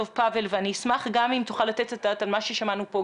אני אשמח אם תוכל לתת את הדעת גם על מה ששמענו פה,